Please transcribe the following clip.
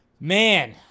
Man